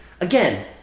again